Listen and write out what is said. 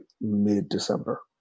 mid-december